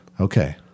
Okay